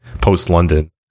post-London